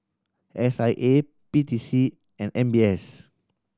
S I A P T C and M B S